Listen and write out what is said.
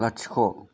लाथिख'